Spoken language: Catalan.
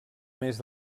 més